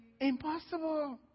impossible